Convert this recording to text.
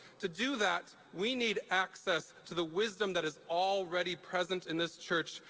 to do that, we need access to the wisdom that is already present in this church,